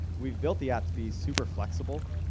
we've built the app to be super flexible.